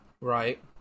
Right